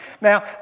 Now